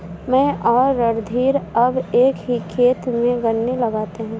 मैं और रणधीर अब एक ही खेत में गन्ने लगाते हैं